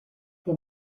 que